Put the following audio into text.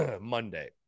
Monday